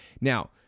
Now